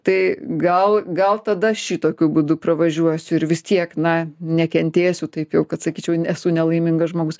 tai gal gal tada šitokiu būdu pravažiuosiu ir vis tiek na nekentėsiu taip kad sakyčiau nesu nelaimingas žmogus